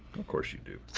of course you do.